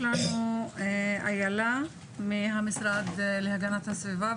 איילה מהמשרד להגנת הסביבה ,